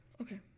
Okay